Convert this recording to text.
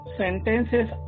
sentences